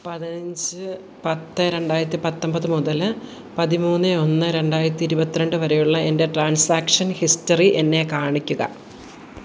പതിനഞ്ച് പത്ത് രണ്ടായിരത്തി പത്തൊമ്പത് മുതൽ പതിമൂന്ന് ഒന്ന് രണ്ടായിരത്തി ഇരുപത്തിരണ്ട് വരെയുള്ള എൻ്റെ ട്രാൻസാക്ഷൻ ഹിസ്റ്ററി എന്നെ കാണിക്കുക